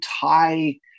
tie